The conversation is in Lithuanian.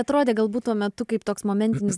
atrodė galbūt tuo metu kaip toks momentinis